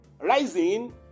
rising